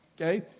okay